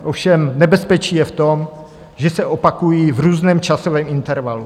Ovšem nebezpečí je v tom, že se opakují v různém časovém intervalu.